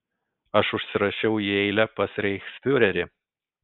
aš užsirašiau į eilę pas reichsfiurerį